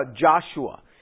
Joshua